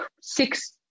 six